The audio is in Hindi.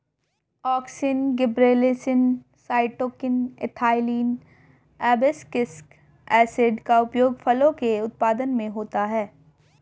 auxin, gibberellins, cytokinin, ethylene, abscisic acid का उपयोग फलों के उत्पादन में होता है